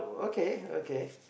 okay okay